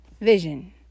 vision